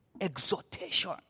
exhortation